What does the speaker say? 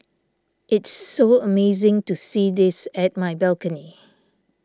it's so amazing to see this at my balcony